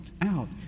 out